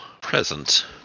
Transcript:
present